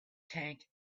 tank